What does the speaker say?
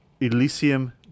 Elysium